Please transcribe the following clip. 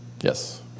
Yes